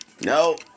No